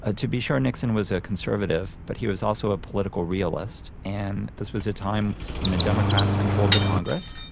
ah to be sure nixon was a conservative but he was also a political realist, and this was a time when the democrats controlled the congress,